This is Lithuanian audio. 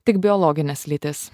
tik biologines lytis